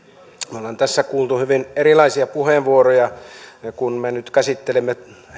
me olemme tässä kuulleet hyvin erilaisia puheenvuoroja kun me nyt käsittelemme